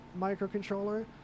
microcontroller